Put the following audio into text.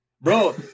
Bro